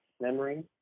memory